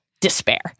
despair